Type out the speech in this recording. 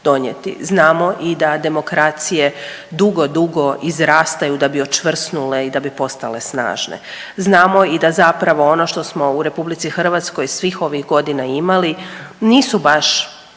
Znamo i da demokracije dugo, dugo izrastaju da bi očvrsnule i da bi postale snažne. Znamo i da zapravo ono što smo u RH svih ovih godina imali nisu baš